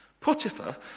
Potiphar